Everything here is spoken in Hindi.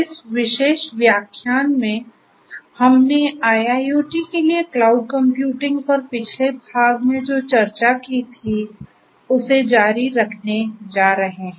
इस विशेष व्याख्यान में हमने IIoT के लिए क्लाउड कम्प्यूटिंग पर पिछले भाग में जो चर्चा की थी उसे जारी रखने जा रहे हैं